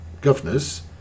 governors